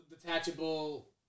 detachable